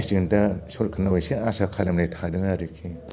जों दा सरकारनाव एसे आसा खालामनाय थादों आरोखि